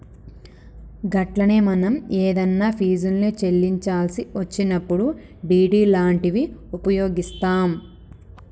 గట్లనే మనం ఏదన్నా ఫీజుల్ని చెల్లించాల్సి వచ్చినప్పుడు డి.డి లాంటివి ఉపయోగిస్తాం